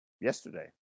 yesterday